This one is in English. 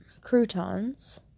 croutons